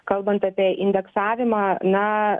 kalbant apie indeksavimą na